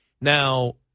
Now